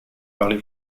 parlez